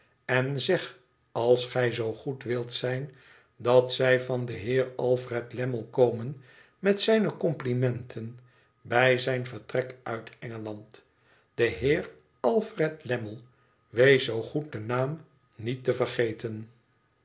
en zeg als gij zoo goed wilt zijn dat zij van den heer alfred lammie komen met zijne complimenten bij zijn vertrek uit engeland de heer alfred lammie wees zoo goed den naam niet te vergeten